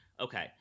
okay